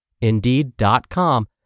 Indeed.com